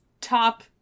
top